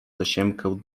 tasiemkę